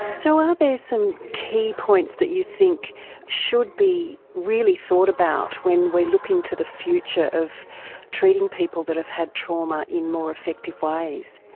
so are there some key points that you think should be really thought about when we're looking to the future of treating people that have had trauma in more effective ways?